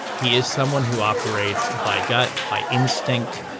he is someone who operates by gut by instinct.